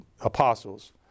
apostles